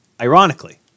ironically